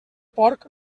porc